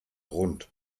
rund